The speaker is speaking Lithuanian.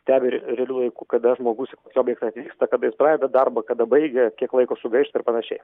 stebi re realiu laiku kada žmogus į objektą atvyksta kada jis pradeda darbą kada baigia kiek laiko sugaišta ir panašiai